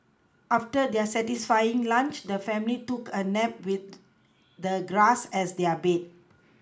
after their satisfying lunch the family took a nap with the grass as their bed